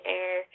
air